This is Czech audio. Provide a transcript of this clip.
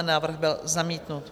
Návrh byl zamítnut.